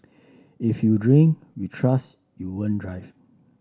if you drink we trust you won't drive